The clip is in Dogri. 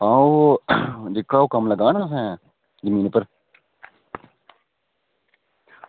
हां ओह् जेह्का ओह् कम्म लग्गे दा नी उत्थें जमीन उप्पर